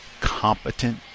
competent